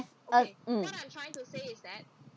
uh mm